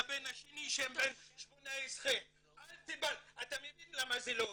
והבן השני שהוא בן 18. אתה מבין למה זה לא עובד?